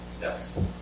Yes